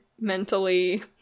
mentally